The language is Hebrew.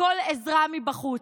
לכל עזרה מבחוץ.